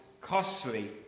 costly